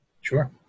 Sure